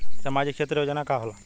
सामाजिक क्षेत्र योजना का होला?